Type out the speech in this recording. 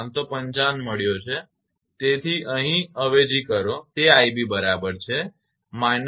555 મળ્યો છે તેથી અહીં અવેજી કરો તેથી ib બરાબર છે minus 555